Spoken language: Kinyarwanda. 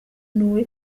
nuwo